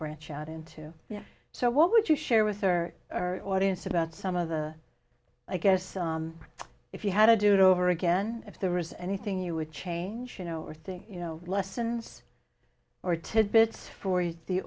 branch out into so what would you share with her audience about some of the i guess if you had to do it over again if there was anything you would change you know or think you know lessons or tidbits for